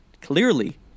clearly